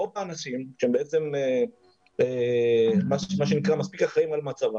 רוב האנשים שהם בעצם מה שנקרא מספיק אחראים על מצבם,